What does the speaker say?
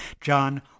John